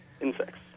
insects